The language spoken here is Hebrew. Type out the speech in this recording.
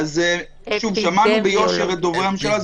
שוב, שמענו ביושר את דוברי הממשלה.